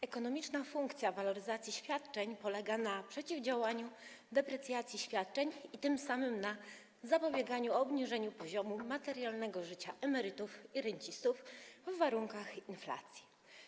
Ekonomiczna funkcja waloryzacji świadczeń polega na przeciwdziałaniu deprecjacji świadczeń, a tym samym na zapobieganiu obniżeniu poziomu materialnego życia emerytów i rencistów w warunkach inflacji.